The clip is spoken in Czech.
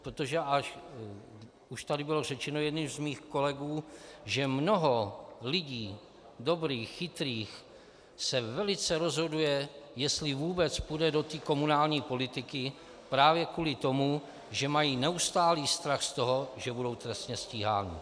Protože už tady bylo řečeno jedním z mých kolegů, mnoho lidí, dobrých, chytrých, se velice rozhoduje, jestli vůbec půjde do té komunální politiky, právě kvůli tomu, že mají neustálý strach z toho, že budou trestně stíháni.